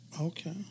Okay